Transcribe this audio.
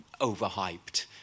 overhyped